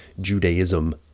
Judaism